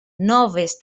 noves